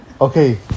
okay